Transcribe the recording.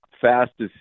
fastest